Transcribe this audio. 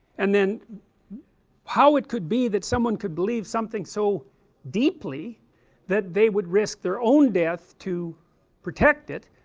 and then how it could be that someone could believe something, so deeply that they would risk their own death, to protect it,